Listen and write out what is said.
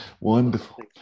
Wonderful